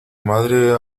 madre